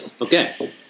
Okay